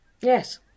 Yes